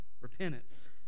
repentance